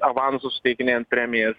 avansu suteikinėjant premijas